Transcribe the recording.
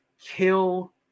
kill